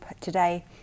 today